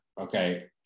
okay